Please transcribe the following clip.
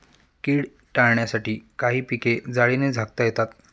कीड टाळण्यासाठी काही पिके जाळीने झाकता येतात